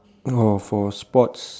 oh for sports